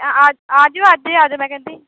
ਇ ਆ ਆ ਜਿਓ ਅੱਜ ਏ ਆ ਜਿਓ ਮੈਂ ਕਹਿੰਦੀ